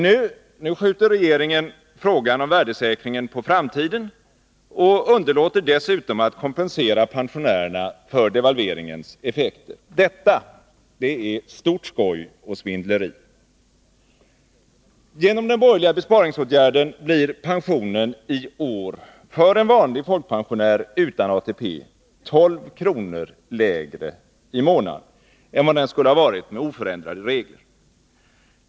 Men nu skjuter regeringen frågan om värdesäkringen på framtiden och underlåter dessutom att kompensera pensionärerna för devalveringens effekter. Detta är stort skoj och svindleri. Genom den borgerliga besparingsåtgärden blir pensionen i år för en vanlig folkpensionär utan ATP 12 kr. lägre i månaden än den skulle ha varit med oförändrade regler.